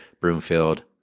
Broomfield